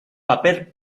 papel